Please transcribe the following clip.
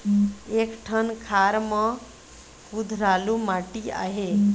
एक ठन खार म कुधरालू माटी आहे?